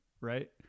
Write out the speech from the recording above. right